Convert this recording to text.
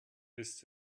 missed